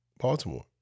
Baltimore